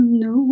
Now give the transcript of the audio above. no